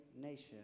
nation